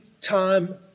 time